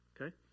okay